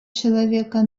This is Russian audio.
человека